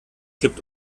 kippt